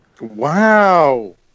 Wow